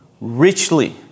richly